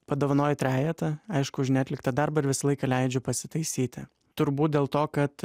padovanoju trejetą aišku už neatliktą darbą ir visą laiką leidžiu pasitaisyti turbūt dėl to kad